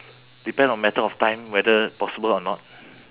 depend on matter of time whether possible or not